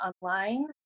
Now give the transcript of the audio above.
online